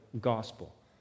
gospel